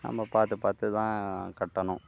நம்ம பார்த்து பார்த்து தான் கட்டணும்